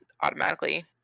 automatically